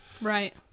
Right